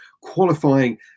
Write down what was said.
qualifying